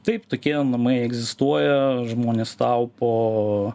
taip tokie namai egzistuoja žmonės taupo